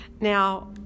Now